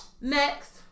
next